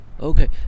Okay